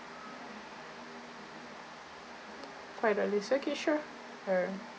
five dollars okay sure err